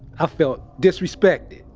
i felt disrespected.